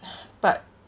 but